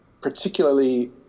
particularly